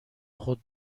خود